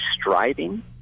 striving